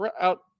out